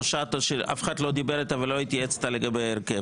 שטה שאף אחד לא דיבר איתה ולא התייעץ איתה לגבי ההרכב.